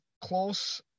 close